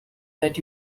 that